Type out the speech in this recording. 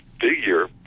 figure